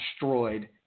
destroyed